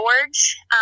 George